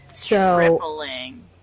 Tripling